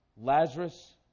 Lazarus